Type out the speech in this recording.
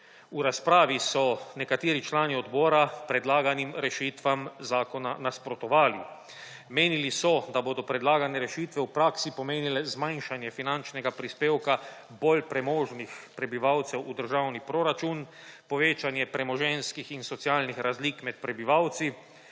V razpravi so nekateri člani odbora predlaganim rešitvam zakona nasprotovali. Menili so, da bodo predlagane rešitve v praksi pomenile zmanjšanje finančnega prispevka bolj premožnih prebivalcev v državni proračun, povečanje premoženjskih in socialnih razlik med prebivalci,